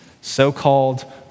so-called